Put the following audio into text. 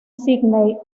sídney